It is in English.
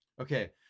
Okay